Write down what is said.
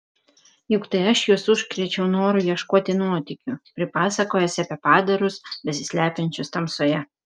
juk tai aš juos užkrėčiau noru ieškoti nuotykių pripasakojęs apie padarus besislepiančius tamsoje